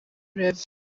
rev